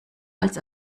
als